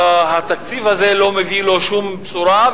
התקציב הזה לא מביא לו שום בשורה.